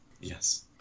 yes